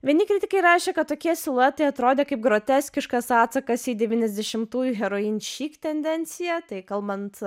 vieni kritikai rašė kad tokie siluetai atrodė kaip groteskiškas atsakas į devyniasdešimtųj heroin šyk tendenciją tai kalbant